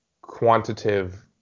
quantitative